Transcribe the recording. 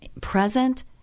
present